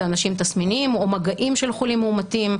זה אנשים תסמיניים או מגעים של חולים מאומתים,